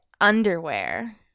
underwear